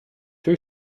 two